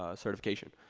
ah certification.